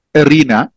arena